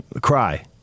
cry